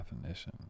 definition